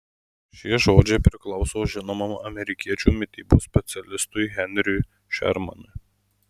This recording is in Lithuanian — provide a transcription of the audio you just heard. šie žodžiai priklauso žinomam amerikiečių mitybos specialistui henriui šermanui